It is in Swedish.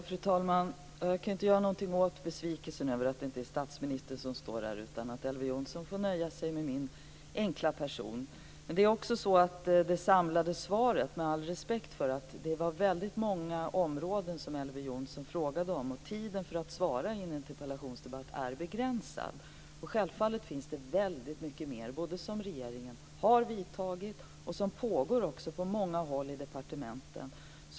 Fru talman! Jag kan inte göra något åt besvikelsen över att det inte är statsministern som står här, utan Elver Jonsson får nöja sig med min enkla person. Det samlade svaret, med tanke på att det var väldigt många områden som Elver Jonsson ställde frågor om och tiden för att svara i en interpellationsdebatt är begränsad, är att det självfallet finns väldigt mycket mer som regeringen har gjort och som pågår på många håll i departementen.